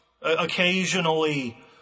occasionally